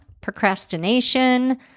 procrastination